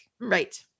Right